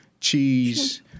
cheese